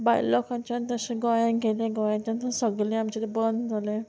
भायल्या लोकाच्यान तशें गोंयान गेलें गोंयाच्यान सगलें आमचें तें बंद जालें